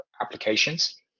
applications